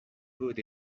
put